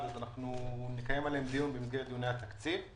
אנחנו נקיים עליהן דיון במסגרת דיוני התקציב.